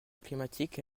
climatique